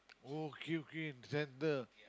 oh okay okay centre